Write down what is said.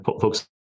folks